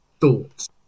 thoughts